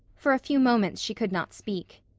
for a few moments she could not speak.